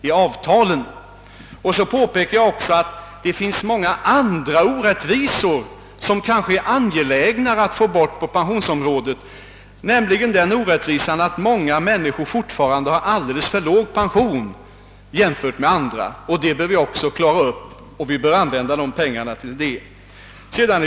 Jag påpekade likaledes att det på pensionsområdet existerar många andra orättvisor som det kanske är mer angeläget att få bort, däribland den orättvisan att många människor fortfarande har alldeles för låg pension, jämfört med andra. Detta bör vi också klara upp, och vi bör använda de resurser vi har till detta.